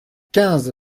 quinze